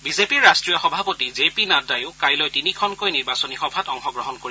বিজেপিৰ ৰাষ্টীয় সভাপতি জে পি নড্ডায়ো কাইলৈ তিনিখনকৈ নিৰ্বাচনী সভাত অংশগ্ৰহণ কৰিব